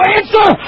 answer